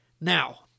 Now